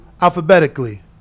alphabetically